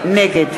נגד